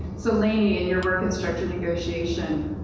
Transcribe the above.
so lainey, in your work in structured negotiation,